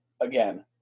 again